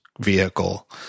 vehicle